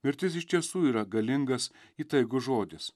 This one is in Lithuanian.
mirtis iš tiesų yra galingas įtaigus žodis